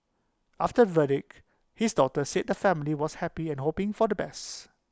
after verdict his daughter said the family was happy and hoping for the best